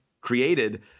created